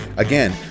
Again